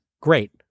great